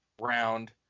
round